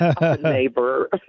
neighbor